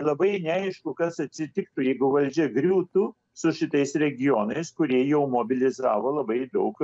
labai neaišku kas atsitiktų jeigu valdžia griūtų su šitais regionais kurie jau mobilizavo labai daug